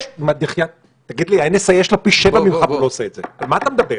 מה פתאום?